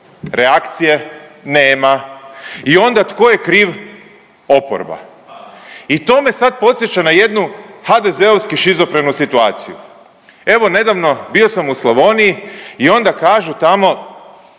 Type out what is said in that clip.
Reakcije nema. I onda tko je kriv? Oporba. I to me sad podsjeća na jednu HDZ-ovski šizofrenu situaciju. Evo nedavno bio sam u Slavoniji i onda kažu tamo